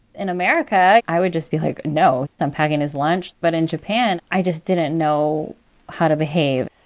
in america, i would just be like, no, i'm packing his lunch. but in japan, i just didn't know how to behave.